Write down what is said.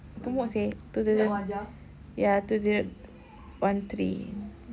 gemuk seh two zero zero ya two zero one three